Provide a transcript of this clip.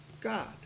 God